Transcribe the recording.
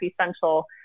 essential